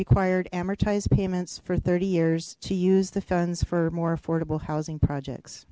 required amortized payments for thirty years to use the funds for more affordable housing projects